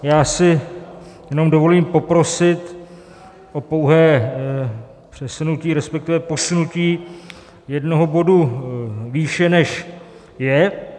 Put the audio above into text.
Já si jenom dovolím poprosit o pouhé přesunutí, respektive posunutí, jednoho bodu výše, než je.